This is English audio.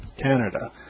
Canada